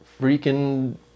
freaking